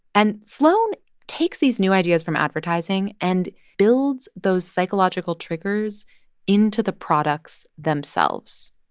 and sloan takes these new ideas from advertising and builds those psychological triggers into the products themselves.